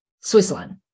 switzerland